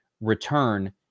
return